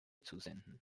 zusenden